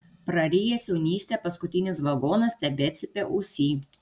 prarijęs jaunystę paskutinis vagonas tebecypia ausyj